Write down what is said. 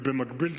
ובמקביל,